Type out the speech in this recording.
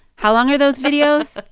how long are those videos?